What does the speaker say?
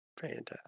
Fantastic